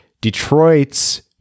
Detroit's